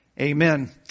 Amen